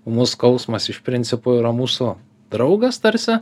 ūmus skausmas iš principo yra mūsų draugas tarsi